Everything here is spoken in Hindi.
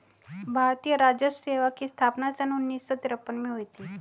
भारतीय राजस्व सेवा की स्थापना सन उन्नीस सौ तिरपन में हुई थी